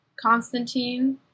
Constantine